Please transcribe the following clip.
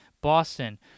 Boston